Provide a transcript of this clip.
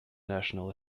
national